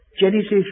Genesis